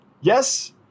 Yes